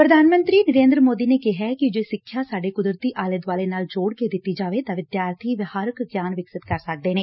ਪੁਧਾਨ ਮੰਤਰੀ ਨਰੇ'ਦਰ ਮੋਦੀ ਨੇ ਕਿਹੈ ਕਿ ਜੇ ਸਿੱਖਿਆ ਸਾਡੇ ਕੁਦਰਤੀ ਆਲੇ ਦੁਆਲੇ ਨਾਲ ਜੋੜਕੇ ਦਿੱਤੀ ਜਾਵੇ ਤਾਂ ਵਿਦਿਆਰਬੀ ਵਿਹਾਰਕ ਗਿਆਨ ਵਿਕਸਿਤ ਕਰ ਸਕਦੇ ਨੇ